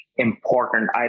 Important